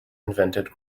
invented